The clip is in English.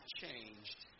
changed